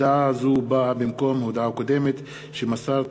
הודעה זו באה במקום הודעה קודמת שמסרתי,